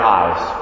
eyes